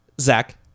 Zach